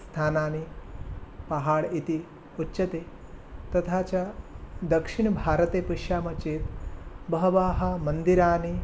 स्थानानि पहाड् इति उच्यते तथा च दक्षिणभारते पश्यामः चेत् बहवः मन्दिराणि